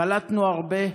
קלטנו הרבה,